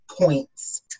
points